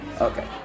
Okay